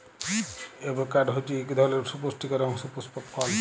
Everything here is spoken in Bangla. এভকাড হছে ইক ধরলের সুপুষ্টিকর এবং সুপুস্পক ফল